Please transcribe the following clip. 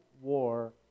war